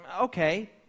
okay